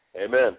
Amen